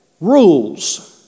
rules